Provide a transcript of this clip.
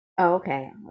okay